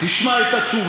למה אתה לא